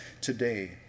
today